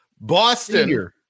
Boston